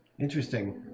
Interesting